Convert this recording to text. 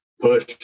push